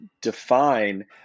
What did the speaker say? define